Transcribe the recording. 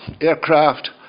aircraft